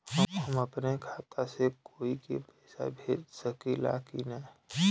हम अपने खाता से कोई के पैसा भेज सकी ला की ना?